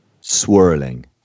swirling